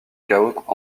chaos